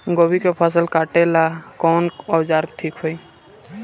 गोभी के फसल काटेला कवन औजार ठीक होई?